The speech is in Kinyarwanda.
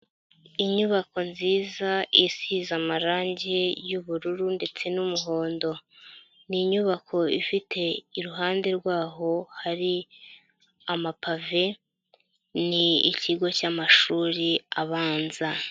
Inyubako nziza isize amarangi y'ubururu ndetse n'umuhondo. Ni inyubako ifite iruhande rwaho hari amapave, ni ikigo cy'amashuri abanza.